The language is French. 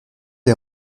des